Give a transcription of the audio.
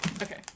Okay